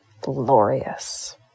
glorious